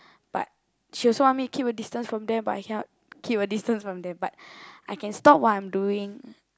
but she also want me to keep a distance from them but I cannot keep a distance from them but I can stop what I'm doing